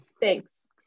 Thanks